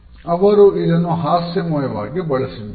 ಅವರು ಇದನ್ನು ಹಾಸ್ಯಮಯವಾಗಿ ಬಳಸಿದ್ದಾರೆ